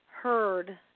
heard